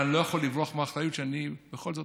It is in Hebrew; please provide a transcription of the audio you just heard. אני לא יכול לברוח מאחריות כי אני בכל זאת